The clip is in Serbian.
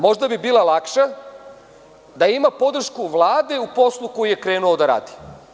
Možda bi bila lakša da je imao podršku Vlade u poslu koji je krenuo da radi.